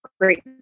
great